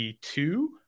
two